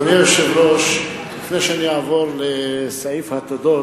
אדוני היושב-ראש, לפני שאני אעבור לסעיף התודות,